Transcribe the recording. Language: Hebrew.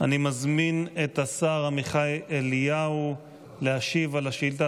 אני מזמין את השר עמיחי אליהו להשיב על השאילתה